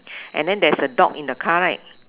and then there's a dog in the car right